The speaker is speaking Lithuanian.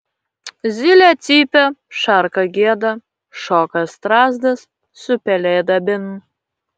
zylė cypia šarka gieda šoka strazdas su pelėda bin